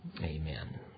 Amen